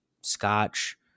scotch